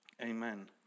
Amen